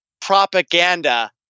propaganda